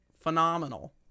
phenomenal